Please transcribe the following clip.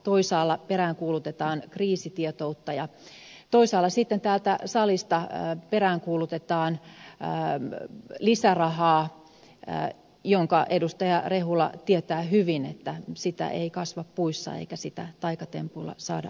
toisaalla peräänkuulutetaan kriisitietoutta ja toisaalla sitten täältä salista peräänkuulutetaan lisärahaa ja edustaja rehula tietää hyvin että sitä ei kasva puissa eikä sitä taikatempuilla saada aikaan